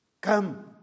come